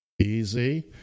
Easy